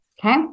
Okay